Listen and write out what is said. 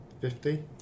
fifty